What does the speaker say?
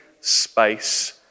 space